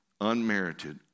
Unmerited